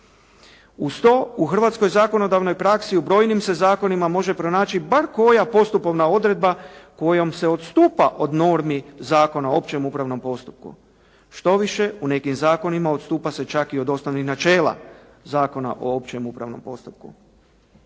Uz to, u hrvatskoj zakonodavnoj praksi u brojnim se zakonima može pronaći bar koja postupovna odredba kojom se odstupa od normi Zakona o općem upravnom postupku. Štoviše, u nekim zakonima odstupa se čak i od osnovnih načela Zakona o općem upravnom postupku.